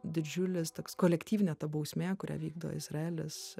didžiulis toks kolektyvinė ta bausmė kurią vykdo izraelis